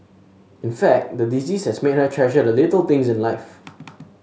in fact the disease has made her treasure the little things in life